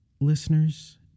Listeners